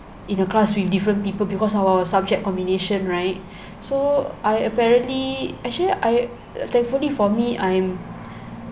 in the class with different people because of our subject combination right so I apparently actually I thankfully for me I'm